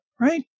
right